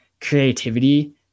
creativity